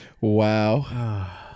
Wow